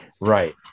Right